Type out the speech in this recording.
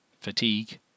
fatigue